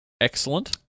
Excellent